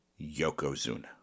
Yokozuna